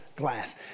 glass